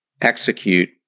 execute